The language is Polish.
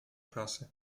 klasy